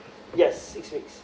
yes six weeks